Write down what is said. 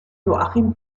joachim